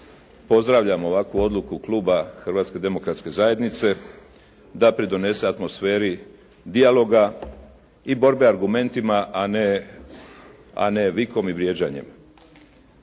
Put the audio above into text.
Pozdravljam ovakvu odluku kluba Hrvatske demokratske zajednice da pridonese atmosferi dijaloga i borbe argumentima, a ne vikom i vrijeđanjem.